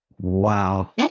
wow